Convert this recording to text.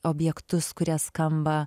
objektus kurie skamba